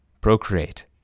procreate